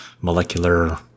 molecular